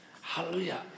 Hallelujah